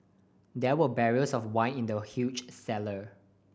there were barrels of wine in the huge cellar